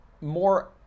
more